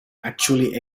actually